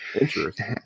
interesting